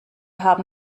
haben